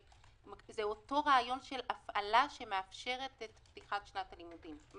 זה אותו רעיון של הפעלה שמאפשרת את פתיחת שנת הלימודים.